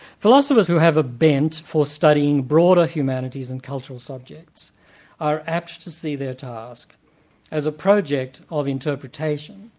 philosophers who have a bent for studying broader humanities and cultural subjects are apt to see their task as a project of interpretation,